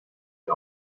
die